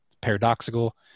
paradoxical